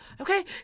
okay